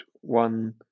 one